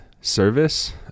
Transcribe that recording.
service